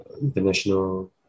international